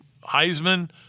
Heisman